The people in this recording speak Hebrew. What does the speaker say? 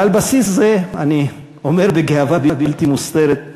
ועל בסיס זה, אני אומר בגאווה בלתי מוסתרת,